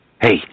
Hey